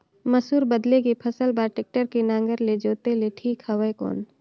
मसूर बदले के फसल बार टेक्टर के नागर ले जोते ले ठीक हवय कौन?